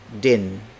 DIN